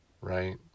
right